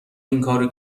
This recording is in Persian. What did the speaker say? اینکارو